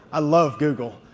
i love google.